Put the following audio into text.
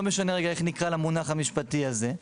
לא משנה רגע איך נקרא למונח המשפטי הזה,